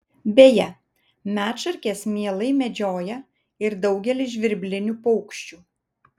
beje medšarkės mielai medžioja ir daugelį žvirblinių paukščių